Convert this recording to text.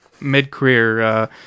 mid-career